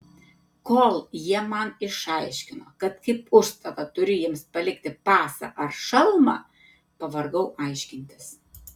kol jie man išaiškino kad kaip užstatą turiu jiems palikti pasą ar šalmą pavargau aiškintis